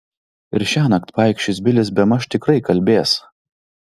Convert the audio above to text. ir šiąnakt paikšis bilis bemaž tikrai kalbės